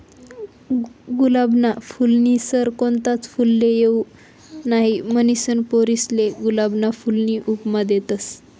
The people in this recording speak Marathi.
गुलाबना फूलनी सर कोणताच फुलले येवाऊ नहीं, म्हनीसन पोरीसले गुलाबना फूलनी उपमा देतस